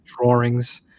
drawings